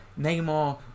Neymar